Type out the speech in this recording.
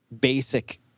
basic